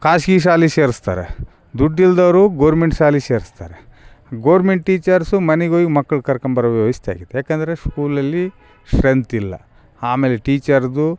ಖಾಸ್ಗಿ ಶಾಲೆಗ್ ಸೇರಿಸ್ತಾರೆ ದುಡ್ಡು ಇಲ್ದೊರು ಗೊರ್ಮೆಂಟ್ ಶಾಲೆಗ್ ಸೇರಿಸ್ತಾರೆ ಗೊರ್ಮೆಂಟ್ ಟೀಚರ್ಸ್ ಮನೆಗ್ ಒಯಿ ಮಕ್ಳ ಕರ್ಕಂಬರೋ ವ್ಯವಸ್ಥೆ ಆಗಿತ್ತು ಯಾಕಂದರೆ ಸ್ಕೂಲಲ್ಲಿ ಸ್ಟ್ರೆಂತ್ ಇಲ್ಲ ಆಮೇಲ್ ಟೀಚರ್ದು